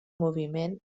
moviment